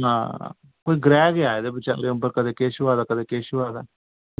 ना कोई ग्रैह् गै आई दे बचारें उप्पर कदे किश होआ दा कदे किश होआ दा